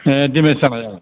ए damage जाबाय औ